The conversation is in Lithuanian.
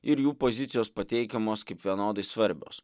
ir jų pozicijos pateikiamos kaip vienodai svarbios